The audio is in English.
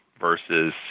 versus